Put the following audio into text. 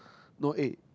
no eh